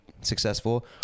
successful